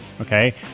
okay